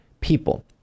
people